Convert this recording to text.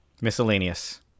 Miscellaneous